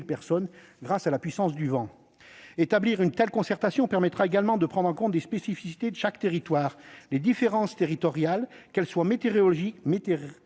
personnes grâce à la puissance du vent. De telles concertations permettront également de prendre en compte les spécificités de chaque territoire. Ces différences, qu'elles soient météorologiques ou démographiques,